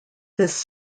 this